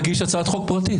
תגיש הצעת חוק פרטית.